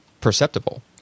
perceptible